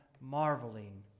marveling